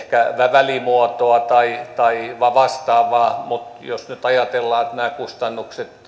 välimuotoa tai tai vastaavaa mutta jos nyt ajatellaan että nämä kustannukset